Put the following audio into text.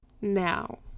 now